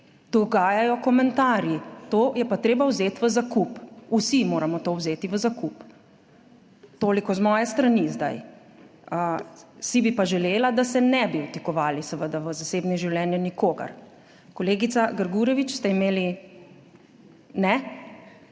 dogajajo komentarji. To je pa treba vzeti v zakup. Vsi moramo to vzeti v zakup. Toliko z moje strani zdaj. Bi si pa želela, da se seveda ne bi vtikali v zasebno življenje nikogar. Kolegica Grgurevič, ste imeli? Ne,